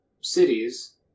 cities